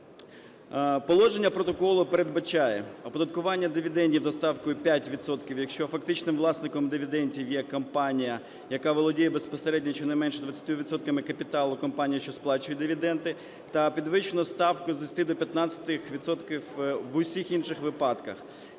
Положення протоколу передбачає: оподаткування дивідендів за ставкою 5 відсотків, якщо фактичним власником дивідендів є компанія, яка володіє безпосередньо щонайменше 20 відсотками капіталу компанії, що сплачує дивіденди та підвищену ставку з 10 до 15 відсотків в усіх інших випадках;